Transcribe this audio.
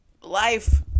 life